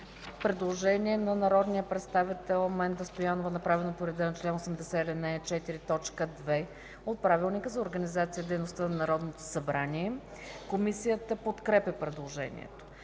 Предложение на народния представител Менда Стоянова, направено по реда на чл. 80, ал. 4, т. 2 от Правилника за организацията и дейността на Народното събрание. Комисията подкрепя предложението.